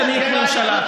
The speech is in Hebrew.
ממשלת